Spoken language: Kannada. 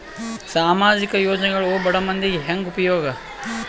ಸಾಮಾಜಿಕ ಯೋಜನೆಗಳು ಬಡ ಮಂದಿಗೆ ಹೆಂಗ್ ಉಪಯೋಗ?